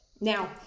Now